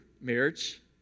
marriage